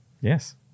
Yes